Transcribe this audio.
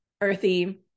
earthy